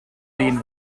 drin